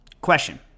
question